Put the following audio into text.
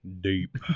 Deep